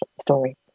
story